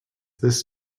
this